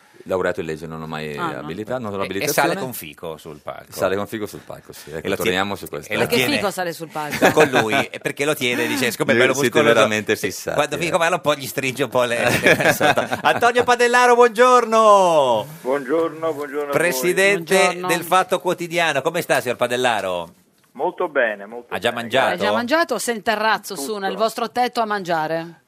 Laureato in legge, non ho mai Ah, no. abilità, non ho E- e sale l'abilitazione. con Fico sul palco. Sale con Fico sul palco, sì. E Ecco, lo tie- torniamo su e questa- lo Che tiene Fico sale sul palco? con lui, e perché lo tiene, dice, siccome è bello Siete muscoloso, veramente sì, fissati, quando Fico eh. parla un po' gli stringe un po' le- Antonio Padellaro, buongiorno! Buongiorno, buongiorno a voi. Presidente Buongiorno. del Fatto Quotidiano, come sta, signor Padellaro? Molto bene, molto Ha già bene, mangiato? grazie. Ha già mangiato o se è in terrazzo, su, nel Tutto. vostro tetto a mangiare?